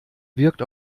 wirkt